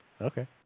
Okay